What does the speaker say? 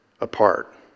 apart